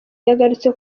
yagarutse